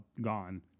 gone